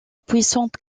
puissante